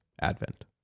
Advent